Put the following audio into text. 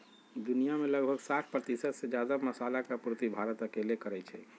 दुनिया में लगभग साठ परतिशत से जादा मसाला के आपूर्ति भारत अकेले करई छई